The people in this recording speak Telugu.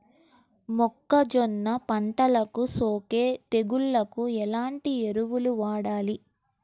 మొక్కజొన్న పంటలకు సోకే తెగుళ్లకు ఎలాంటి ఎరువులు వాడాలి?